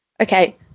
Okay